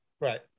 Right